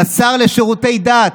על השר לשירותי דת,